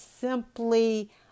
simply